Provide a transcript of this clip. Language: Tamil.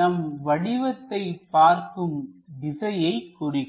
நாம் வடிவத்தை பார்க்கும் திசையை குறிக்கும்